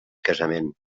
casament